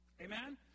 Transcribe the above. amen